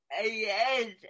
Yes